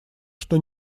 что